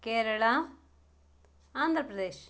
Kerala Andhra Pradesh